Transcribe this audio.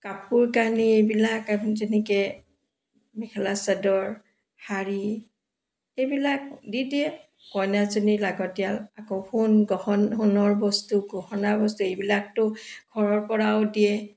কাপোৰ কানি এইবিলাক আমি যেনেকৈ মেখেলা চাদৰ শাড়ী এইবিলাক দি দিয়ে কইনাজনীৰ লাগতীয়াল আকৌ সোণ সোণৰ বস্তু গহনাৰ বস্তু এইবিলাকতো ঘৰৰ পৰাও দিয়ে